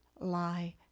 lie